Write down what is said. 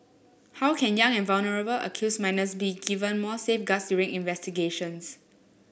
how can young and vulnerable accused minors be given more safeguards during investigations